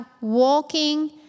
walking